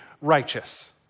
righteous